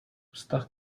vztah